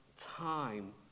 time